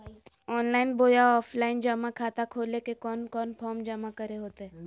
Online बोया offline जमा खाता खोले ले कोन कोन फॉर्म जमा करे होते?